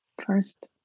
first